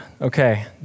Okay